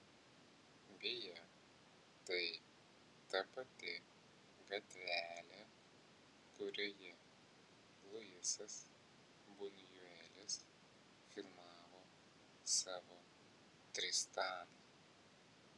beje tai ta pati gatvelė kurioje luisas bunjuelis filmavo savo tristaną